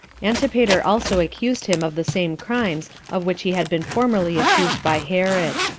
antipater also accused him of the same crimes of which he had been formerly accused by herod.